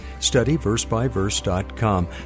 studyversebyverse.com